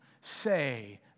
say